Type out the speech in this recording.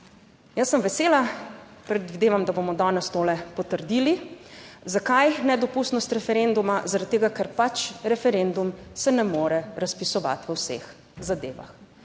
Jaz sem vesela, predvidevam, da bomo danes to potrdili. Zakaj nedopustnost referenduma? Zaradi tega, ker pač referendum se ne more razpisovati v vseh zadevah,